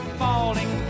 falling